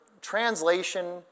translation